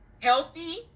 Healthy